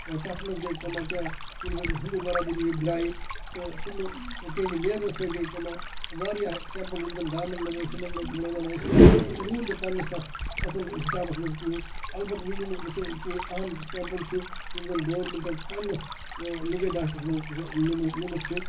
تَتھ مَنٛز گٔے کٲما کیاہ یِم زَن ہِندو بَرادٔری ییٚتہِ درایہِ تہٕ تٕمو تِہندِ نٮ۪رنہٕ سۭتۍ گٔے کٲما واریاہ ٹیٚمپٕل یِم زَن گامَن مَنٛز ٲسۍ یِمو مَنٛز تِم روزان ٲسۍ تِم رودۍ نہٕ پَنِس تَتھ اصل حِسابَس مَنٛز کِہیٖنۍ اَلبَتہٕ وۄنۍ یِم کینٛہہ اَہَم ٹیٚمپٕل چھِ یِم زَن گورمٮ۪نٹَن پَننِس نِگاہے داشَس مَنٛز نِمٕتۍ نِمٕتۍ چھِ